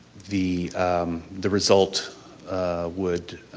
the the result would.